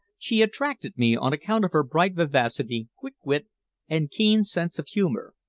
she attracted me on account of her bright vivacity, quick wit and keen sense of humor,